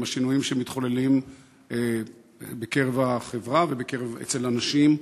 השינויים שמתחוללים בחברה ואצל אנשים.